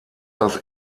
das